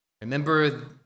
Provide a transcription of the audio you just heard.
Remember